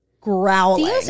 growling